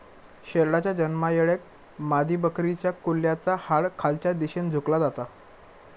शेरडाच्या जन्मायेळेक मादीबकरीच्या कुल्याचा हाड खालच्या दिशेन झुकला जाता